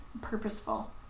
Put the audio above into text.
purposeful